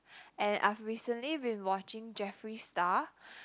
and I've recently been watching Jeffery Star